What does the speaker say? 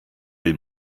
will